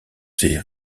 ses